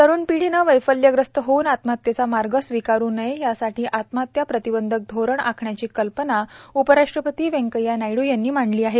तरुण पिढीने वैफल्यग्रस्त होऊन आत्महत्येचा मार्ग स्वीकारु नये यासाठी आत्महत्या प्रतिबंधक धोरण आखण्याची कल्पना उपराष्ट्रपती व्यंकय्या नायडू यांनी मांडली आहे